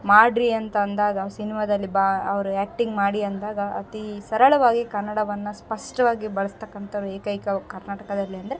ಮಾಡಿರಿ ಅಂತ ಅಂದಾಗ ಸಿನಿಮಾದಲ್ಲಿ ಬ ಅವರು ಆ್ಯಕ್ಟಿಂಗ್ ಮಾಡಿ ಅಂದಾಗ ಅತೀ ಸರಳವಾಗಿ ಕನ್ನಡವನ್ನು ಸ್ಪಷ್ಟವಾಗಿ ಬಳಸ್ತಕ್ಕಂಥವ್ರು ಏಕೈಕ ಕರ್ನಾಟಕದಲ್ಲಿ ಅಂದರೆ